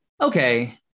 okay